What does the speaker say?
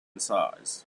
size